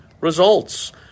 results